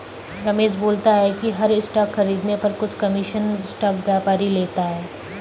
रमेश बोलता है कि हर स्टॉक खरीदने पर कुछ कमीशन स्टॉक व्यापारी लेता है